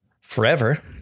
forever